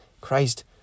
Christ